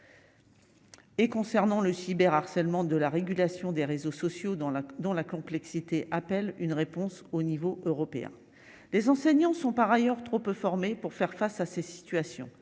Et concernant le cyber harcèlement de la régulation des réseaux sociaux dans la dans la complexité, appelle une réponse au niveau européen, les enseignants sont par ailleurs trop peu formés pour faire face à cette situation,